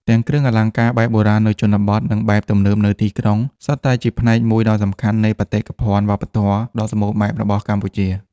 ទាំងគ្រឿងអលង្ការបែបបុរាណនៅជនបទ និងបែបទំនើបនៅទីក្រុង សុទ្ធតែជាផ្នែកមួយដ៏សំខាន់នៃបេតិកភណ្ឌវប្បធម៌ដ៏សម្បូរបែបរបស់កម្ពុជា។